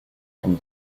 from